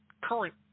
current